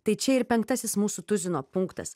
tai čia ir penktasis mūsų tuzino punktas